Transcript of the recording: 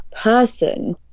person